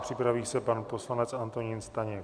Připraví se pan poslanec Antonín Staněk.